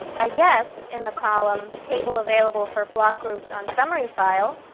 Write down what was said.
a yes in the column table available for block groups on summary file?